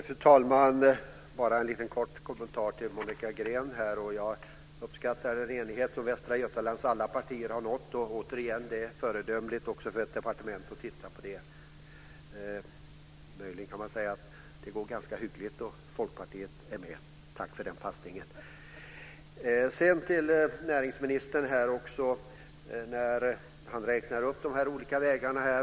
Fru talman! Jag har bara en kort kommentar till Monica Green. Jag uppskattar den enighet som Västra Götalands alla partier har nått. Återigen är det föredömligt om också ett departement tittar på det. Möjligen kan man säga att det går ganska hyggligt då Folkpartiet är med. Tack för den passningen! Näringsministern räknar upp de olika vägarna.